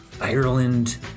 Ireland